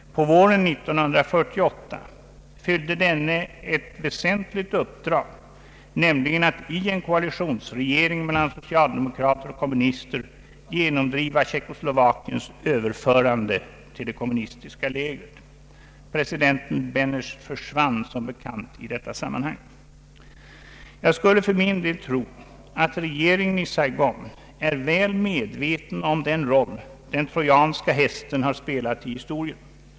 På våren 1948 utförde denne ett mycket väsentligt uppdrag, nämligen att i en koalitionsregering mellan socialdemokrater och kommunister genomdriva Tjeckoslovakiens överförande till det kommunistiska lägret. Presidenten Benesj försvann som bekant i detta sammanhang. Jag skulle för min del tro att regeringen i Saigon är väl medveten om den roll den trojanska hästen har spelat i historien.